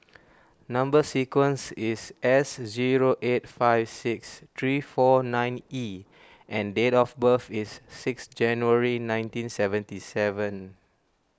Number Sequence is S zero eight five six three four nine E and date of birth is six January nineteen seventy seven